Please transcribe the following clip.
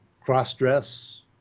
cross-dress